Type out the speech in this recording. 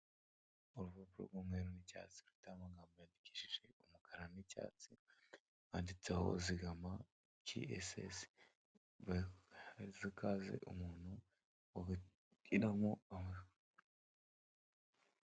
Uruvuvu rw'umweru n'icyatsi rutamugabob yadikishije umukara n'icyatsi wanditseho zigama csskaze umuntubatiriramo ama